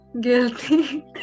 Guilty